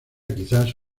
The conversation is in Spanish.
quizás